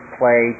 play